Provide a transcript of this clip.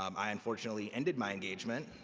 um i unfortunately ended my engagement,